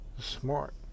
Smart